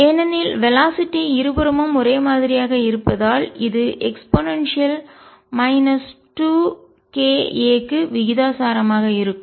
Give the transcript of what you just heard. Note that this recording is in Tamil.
ஏனெனில் வெளாசிட்டி வேகம் இருபுறமும் ஒரே மாதிரியாக இருப்பதால் இது e 2ka க்கு விகிதாசாரமாக இருக்கும்